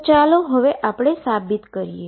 તો ચાલો હવે આપણે આ સાબિત કરીએ